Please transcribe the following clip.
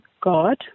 God